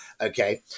Okay